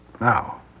Now